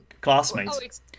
classmates